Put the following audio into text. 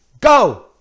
Go